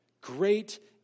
Great